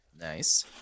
Nice